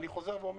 אני חוזר ואומר,